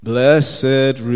Blessed